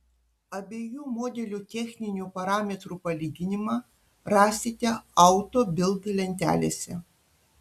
abiejų modelių techninių parametrų palyginimą rasite auto bild lentelėse